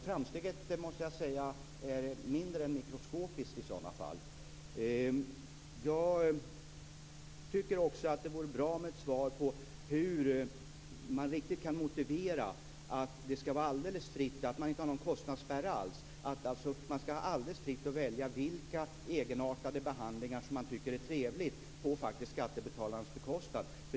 Framsteget är mindre än mikroskopiskt i sådana fall, måste jag säga. Jag tycker också att det vore bra med ett svar på frågan hur Centern kan motivera att man skall kunna välja alldeles fritt och att det inte skall finnas någon kostnadsspärr alls. Det skall vara alldeles fritt att välja vilken egenartad behandling som helst på skattebetalarnas bekostnad.